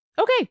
Okay